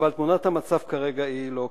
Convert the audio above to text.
אבל תמונת המצב כרגע היא לא כזאת.